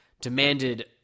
demanded